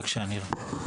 בבקשה, נירה.